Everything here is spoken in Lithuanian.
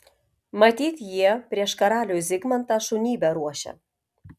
matyt jie prieš karalių zigmantą šunybę ruošia